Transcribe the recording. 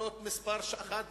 אשכולות מס' 1 ו-2.